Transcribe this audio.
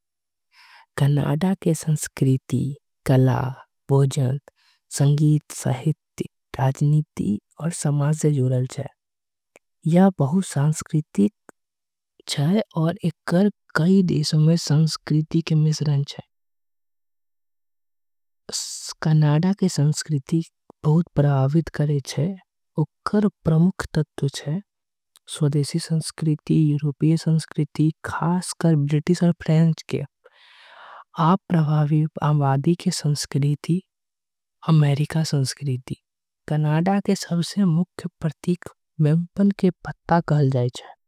संस्कृति कला भजन संगीत सहित राजनीति और समाज से जुड़ा हे। यह बहुत सांस्कृतिक और एक कर कई देशों में संस्कृति के मिश्रण। हे कनाडा के संस्कृति बहुत प्रभावित करें छीये प्रमुख तत्व हे। स्वदेशी संस्कृति यूरोपीय संस्कृति खास कर ब्रिटिश और फ्रेंच। के आप प्रभावित आबादी के संस्कृति अमेरिका संस्कृति। कनाडाके सबसे मुख्य प्रतीक व्यंजन के पत्ता चलल जाय छीये।